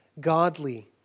godly